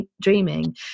dreaming